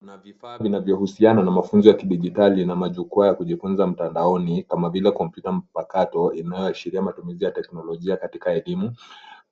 Kuna vifaa vinavyohusiana na mafunzo ya kidijitali na majukwaa ya kujifunza mtandaoni kama vile kompyuta mpakato inayoashiria matumizi ya teknolojia katika elimu.